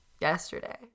yesterday